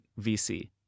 VC